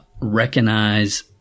recognize